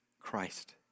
Christ